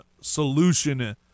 solution